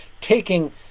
taking